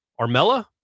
Armella